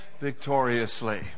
victoriously